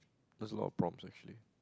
that's a lot problem actually